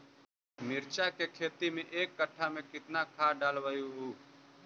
मिरचा के खेती मे एक कटा मे कितना खाद ढालबय हू?